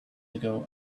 ago